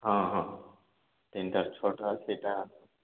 ହଁ ହଁ ତିନିଟା ଛଅଟା ସେଇଟା